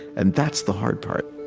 and that's the hard part